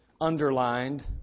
underlined